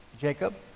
Jacob